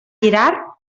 girar